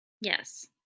Yes